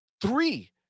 three